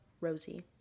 Rosie